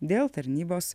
dėl tarnybos